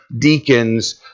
deacons